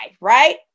right